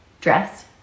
dress